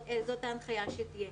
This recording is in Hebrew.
זאת ההנחיה שתהיה: